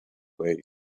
way